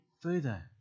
further